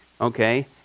Okay